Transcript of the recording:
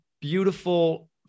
beautiful